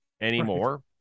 anymore